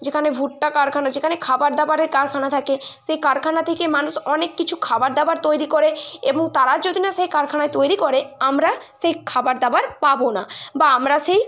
যেখানে ভুট্টা কারখানা যেখানে খাবার দাবারের কারখানা থাকে সেই কারখানা থেকে মানুষ অনেক কিছু খাবার দাবার তৈরি করে এবং তারা যদি না সেই কারখানা তৈরি করে আমরা সেই খাবার দাবার পাব না বা আমরা সেই